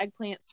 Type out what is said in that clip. eggplants